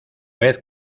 vez